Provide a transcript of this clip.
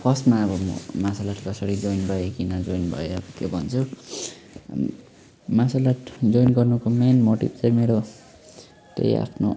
अब फर्स्टमा अब म मार्सल आर्ट कसरी जोइन गरेँ किन जोइन भएँ अब त्यो भन्छु मार्सल आर्ट जोइन गर्नुको मेन मोटिभ चाहिँ मेरो त्यही आफ्नो